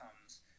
comes